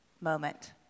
moment